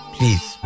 Please